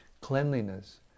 cleanliness